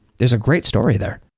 there's a great story there.